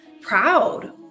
proud